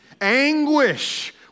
Anguish